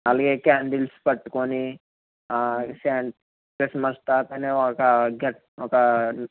అలాగే క్యాండిల్స్ పట్టుకొని ఆ సాన్ క్రిస్మస్ తాతని ఒక గెట్ ఒక